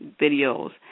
videos